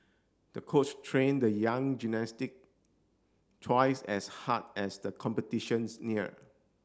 the coach trained the young gymnastic twice as hard as the competitions near